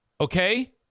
Okay